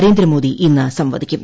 നരേന്ദ്രമോദി ഇന്ന് സംവദിക്കും